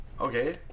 Okay